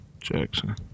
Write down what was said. Jackson